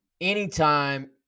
anytime